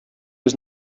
was